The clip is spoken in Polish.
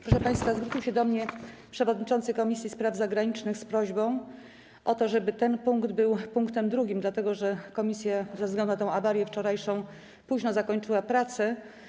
Proszę państwa, zwrócił się do mnie przewodniczący Komisji Spraw Zagranicznych z prośbą o to, żeby ten punkt był drugim punktem rozpatrywanym dzisiaj, dlatego że komisja ze względu na tę awarię wczorajszą późno zakończyła prace.